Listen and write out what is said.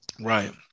Right